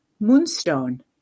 Moonstone